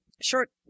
short